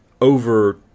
over